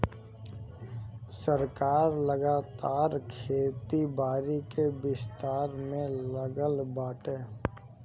सरकार लगातार खेती बारी के विस्तार में लागल बाटे